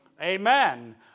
Amen